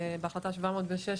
בהחלטה 716,